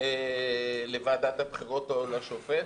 לוועדת הבחירות או לשופט.